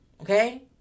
Okay